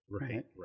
right